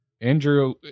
Andrew